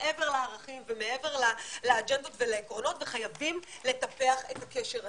מעבר לערכים ומעבר לאג'נדות ולעקרונות וחייבים לטפח את הקשר הזה.